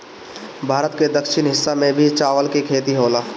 भारत के दक्षिणी हिस्सा में भी चावल के खेती होला